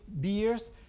Beers